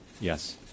Yes